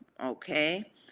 Okay